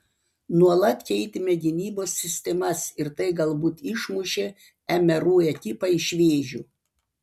nuolat keitėme gynybos sistemas ir tai galbūt išmušė mru ekipą iš vėžių